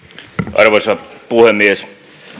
arvoisa puhemies